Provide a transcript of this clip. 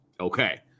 okay